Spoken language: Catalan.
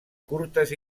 curtes